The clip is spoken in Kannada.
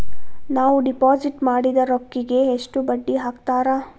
ನಾವು ಡಿಪಾಸಿಟ್ ಮಾಡಿದ ರೊಕ್ಕಿಗೆ ಎಷ್ಟು ಬಡ್ಡಿ ಹಾಕ್ತಾರಾ?